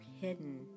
Hidden